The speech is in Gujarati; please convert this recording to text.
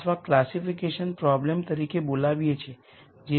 તેથી તે એક રસપ્રદ જોડાણ છે જે આપણે બનાવી શકીએ છીએ